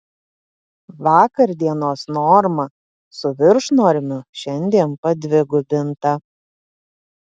vakar dienos norma su viršnormiu šiandien padvigubinta